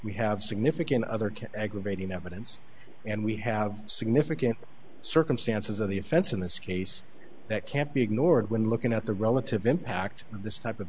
we have significant other key aggravating evidence and we have significant circumstances of the offense in this case that can't be ignored when looking at the relative impact of this type of